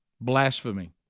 Blasphemy